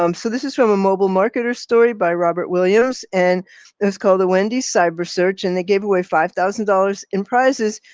um so this is from a mobile marketer story by robert williams, and it was called the wendy's cyber search and they gave away five thousand dollars in prizes,